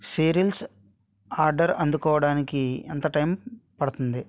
cereals order అందుకోడానికి ఎంత time పడుతుంది